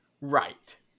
Right